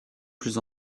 plus